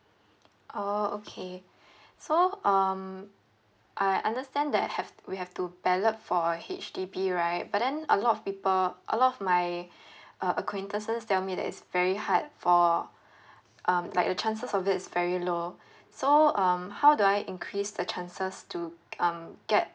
oh okay so um I understand that have we have to ballot for a H_D_B right but then a lot of people a lot of my uh acquaintances tell me that it's very hard for um like your chances of it is very low so um how do I increase the chances to um get